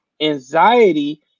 anxiety